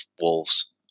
wolves